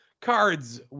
Cards